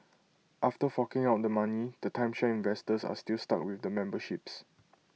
after forking out the money the timeshare investors are still stuck with the memberships